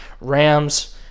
Rams